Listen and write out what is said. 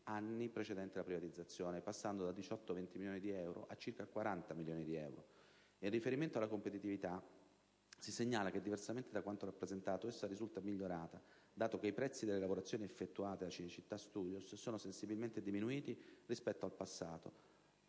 anni ante-privatizzazione, passando da 18-20 milioni di euro a circa 40 milioni di euro. In riferimento alla competitività, si segnala che, diversamente da quanto rappresentato, essa risulta migliorata, dato che i prezzi delle lavorazioni effettuate da Cinecittà Studios sono sensibilmente diminuiti rispetto al passato